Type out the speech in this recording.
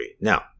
Now